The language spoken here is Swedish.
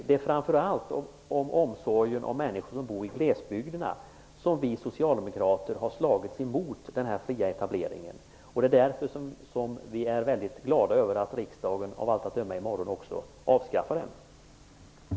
Det är framför allt av omsorg om människor som bor i glesbygd som vi socialdemokrater har slagits mot den fria etableringen. Därför är vi väldigt glada över att riksdagen i morgon av allt att döma avskaffar densamma.